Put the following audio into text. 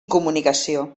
comunicació